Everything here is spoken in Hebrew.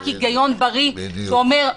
רק היגיון בריא שאומר: